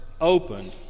opened